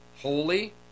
holy